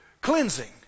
Cleansing